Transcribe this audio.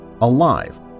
alive